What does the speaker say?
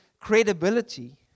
credibility